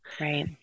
Right